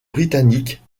britannique